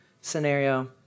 scenario